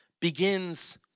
begins